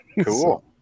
Cool